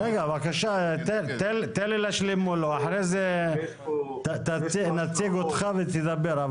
תן לי להשלים מולו, אחר כך נציג אותך ותדבר.